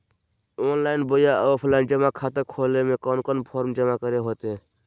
Online बोया offline जमा खाता खोले ले कोन कोन फॉर्म जमा करे होते?